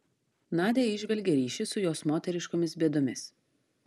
nadia įžvelgė ryšį su jos moteriškomis bėdomis